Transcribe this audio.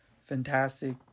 fantastic